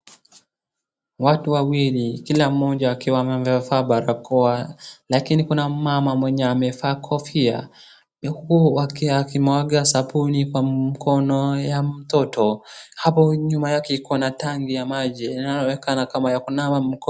Watu wawili kila mmoja akiwa amevaa barakoa lakini kuna mmama mwenye amevaa kofia huku akimwaga sabuni kwa mkono ya mtoto. Hapo nyuma yake kuna tangi ya maji inayoonekana kama ya kunawa mkono.